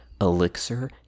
Elixir